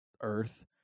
Earth